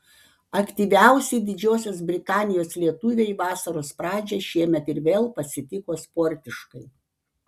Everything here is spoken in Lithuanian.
aktyviausi didžiosios britanijos lietuviai vasaros pradžią šiemet ir vėl pasitiko sportiškai